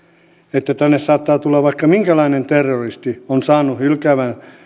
että tänne saattaa tulla vaikka minkälainen terroristi on saanut hylkäävän